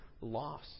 loss